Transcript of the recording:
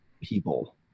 people